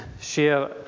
share